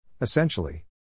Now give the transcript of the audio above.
Essentially